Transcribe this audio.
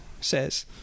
says